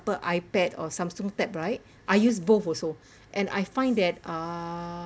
iPad or Samsung tab right I use both also and I find that err